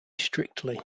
strictly